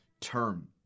term